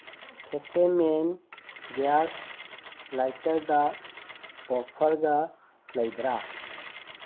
ꯐꯦꯀꯦꯜꯃꯦꯟ gas ꯂꯥꯏꯇꯔꯗ ꯑꯣꯐꯔꯒ ꯂꯩꯕ꯭ꯔꯥ